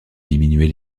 diminuer